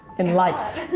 in life.